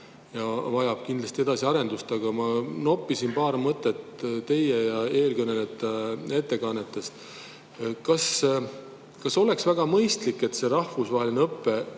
vajab edasiarendust. Aga ma noppisin paar mõtet teie ja eelkõnelejate ettekannetest. Kas oleks väga mõistlik see rahvusvaheline õpe